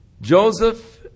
Joseph